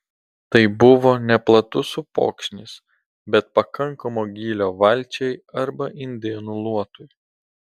tai buvo neplatus upokšnis bet pakankamo gylio valčiai arba indėnų luotui